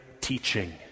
teaching